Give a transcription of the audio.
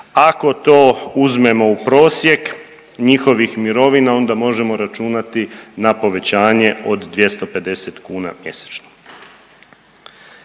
Ako to uzmemo u prosjek njihovih mirovina onda možemo računati na povećanje od 250 kuna mjesečno.